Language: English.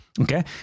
Okay